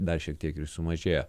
dar šiek tiek ir sumažėjo